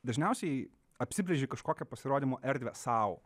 dažniausiai apsibrėži kažkokią pasirodymo erdvę sau